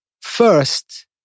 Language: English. first